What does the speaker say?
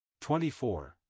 24